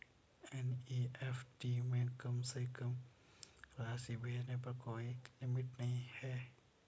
NEFT में कम से कम राशि भेजने पर कोई लिमिट नहीं है